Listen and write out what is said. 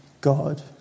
God